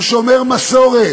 הוא שומר מסורת,